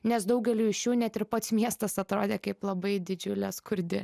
nes daugeliui iš jų net ir pats miestas atrodė kaip labai didžiulė skurdi